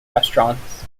restaurants